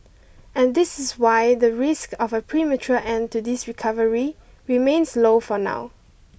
and this is why the risk of a premature end to this recovery remains low for now